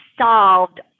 solved